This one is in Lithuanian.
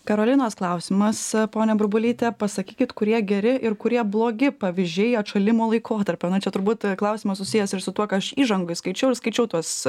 karolinos klausimas ponia burbulyte pasakykit kurie geri ir kurie blogi pavyzdžiai atšalimo laikotarpio na čia turbūt klausimas susijęs ir su tuo ką aš įžangoj skaičiau ir skaičiau tuos